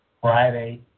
Friday